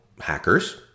hackers